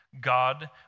God